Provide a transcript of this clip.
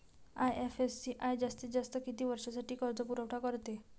IFCI जास्तीत जास्त किती वर्षासाठी कर्जपुरवठा करते?